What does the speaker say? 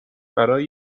برای